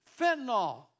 fentanyl